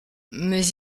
mais